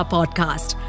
Podcast